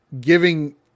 giving